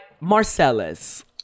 Marcellus